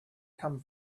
come